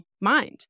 mind